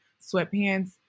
sweatpants